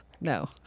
no